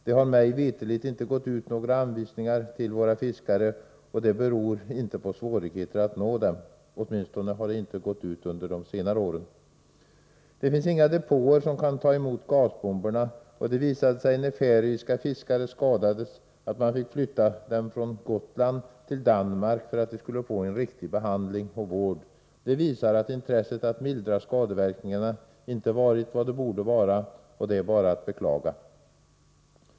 Det har mig veterligt inte gått ut några anvisningar till våra fiskare, och det beror inte på svårigheter att nå dem — åtminstone har det inte gått ut anvisningar under de senare åren. Det finns inga depåer som kan ta emot gasbomberna. Det visade sig när färöiska fiskare skadades att man fick flytta dem från Gotland till Danmark för att de skulle få en riktig behandling och vård. Det visar att intresset att mildra skadeverkningarna inte varit vad det borde vara, och det är bara att beklaga.